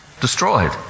Destroyed